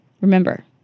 Remember